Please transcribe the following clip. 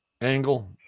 angle